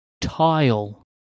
Tile